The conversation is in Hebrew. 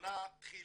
בכוונה תחילה,